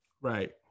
Right